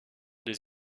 des